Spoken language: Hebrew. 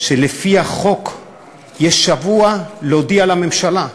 שלפי החוק יש שבוע להודיע על הממשלה.